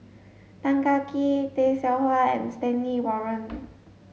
Tan Kah Kee Tay Seow Huah and Stanley Warren